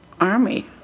army